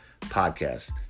Podcast